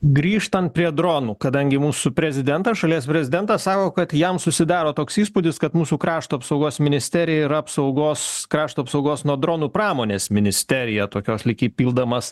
grįžtant prie dronų kadangi mūsų prezidentas šalies prezidentas sako kad jam susidaro toks įspūdis kad mūsų krašto apsaugos ministerija yra apsaugos krašto apsaugos nuo dronų pramonės ministerija tokios lyg įpildamas